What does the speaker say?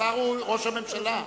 השר הוא ראש הממשלה.